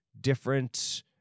different